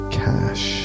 cash